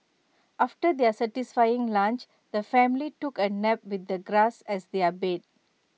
after their satisfying lunch the family took A nap with the grass as their bed